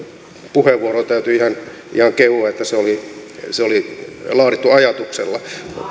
puheenvuoroa täytyy ihan kehua että se oli se oli laadittu ajatuksella